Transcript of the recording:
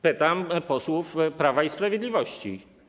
Pytam posłów Prawa i Sprawiedliwości.